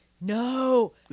No